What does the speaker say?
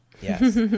Yes